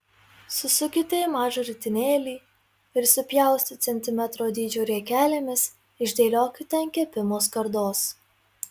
susukite į mažą ritinėlį ir supjaustę centimetro dydžio riekelėmis išdėliokite ant kepimo skardos